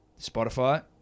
Spotify